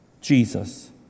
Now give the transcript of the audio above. Jesus